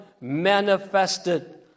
manifested